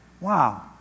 wow